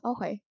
Okay